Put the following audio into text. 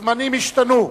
הזמנים השתנו,